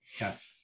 Yes